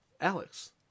Alex